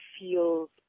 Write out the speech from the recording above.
feels